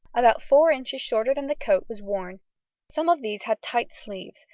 about four inches shorter than the coat, was worn some of these had tight sleeves,